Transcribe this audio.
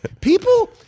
people